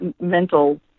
mental